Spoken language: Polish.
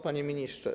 Panie Ministrze!